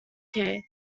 kay